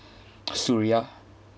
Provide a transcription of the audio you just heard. suria